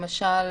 למשל